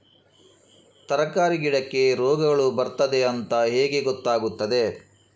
ತರಕಾರಿ ಗಿಡಕ್ಕೆ ರೋಗಗಳು ಬರ್ತದೆ ಅಂತ ಹೇಗೆ ಗೊತ್ತಾಗುತ್ತದೆ?